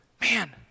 man